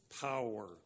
power